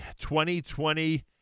2020